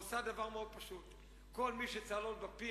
עושה דבר פשוט מאוד: כל מי שצריך להעלות בפי